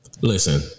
listen